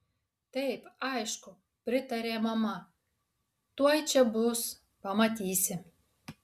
taip aišku pritarė mama tuoj čia bus pamatysi